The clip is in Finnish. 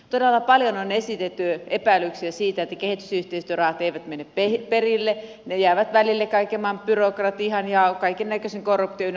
todella paljon on esitetty epäilyksiä siitä että kehitysyhteistyörahat eivät mene perille ne jäävät välille kaiken maailman byrokratiaan ja kaiken näköiseen korruptioon ynnä muihin asioihin